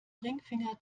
ringfinger